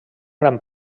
gran